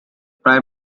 prime